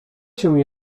się